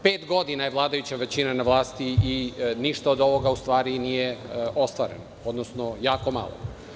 Pet godina je vladajuća većina na vlasti i ništa od ovoga u stvari nije ostvareno, odnosno jako malo.